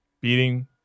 beating